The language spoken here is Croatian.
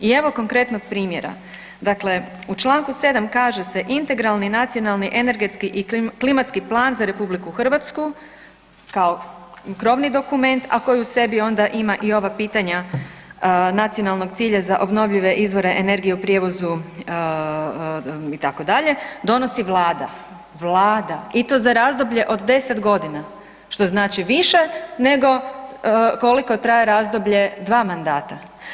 I evo konkretnog primjera, dakle u čl. 7. kaže se integralni nacionalni, energetski i klimatski plan za RH kao krovni dokument, a koji u sebi onda ima i ova pitanja nacionalnog cilja za obnovljive izvore energije u prijevozu itd., donosi vlada, vlada i to za razdoblje od 10.g., što znači više nego koliko traje razdoblje dva mandata.